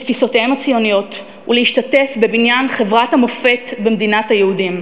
תפיסותיהם הציוניות ולהשתתף בבניין חברת המופת במדינת היהודים.